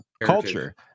culture